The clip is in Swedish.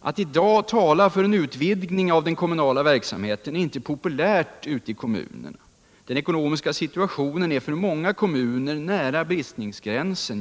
Att i dag tala för en utvidgning av den kommunala verksamheten är inte populärt ute i kommunerna. Den ekonomiska situationen är för många kommuner nära bristningsgränsen.